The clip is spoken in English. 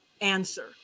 Answer